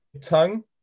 tongue